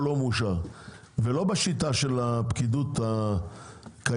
או לא מאושר ולא בשיטה של הפקידות הקיימת,